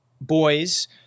boys